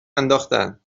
انداختن